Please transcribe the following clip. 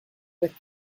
with